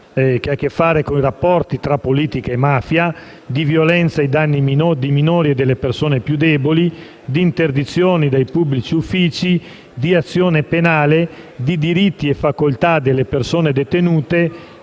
veniva ricordato, dei rapporti tra politica e mafia, di violenza ai danni dei minori e delle persone più deboli, di interdizione dai pubblici uffici, di azione penale, di diritti e facoltà delle persone detenute,